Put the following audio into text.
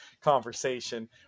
conversation